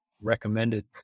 recommended